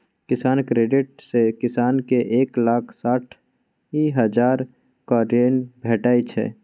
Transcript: किसान credit card सँ किसान केँ एक लाख साठि हजारक ऋण भेटै छै